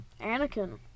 Anakin